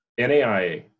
NAIA